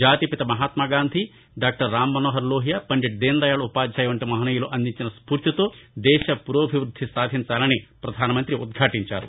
జాతిపిత మహాత్వాగాంధి డాక్లర్ రాంమనోహర్లోహియ పండిట్ దీనదయాళ్ ఉపాధ్యాయ వంటి మహనీయులు అందించిన స్పూర్తితో దేశ పురోభివృద్ది సాధించాలని పధాన మంతి ఉద్ఘాటించారు